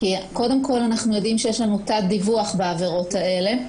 כי קודם כול אנחנו יודעים שיש לנו תת-דיווח בעבירות האלה.